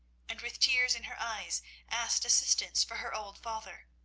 and with tears in her eyes asked assistance for her old father.